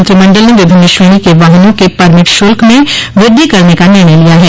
मंत्रिमंडल ने विभिन्न श्रेणी के वाहनों के परमिट शुल्क में वृद्धि करने का निर्णय लिया है